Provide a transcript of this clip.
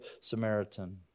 Samaritan